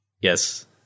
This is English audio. yes